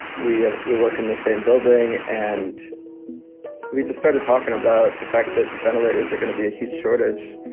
we ah we work in the same building and we just started talking about the fact that ventilators are going to be a huge shortage.